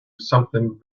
something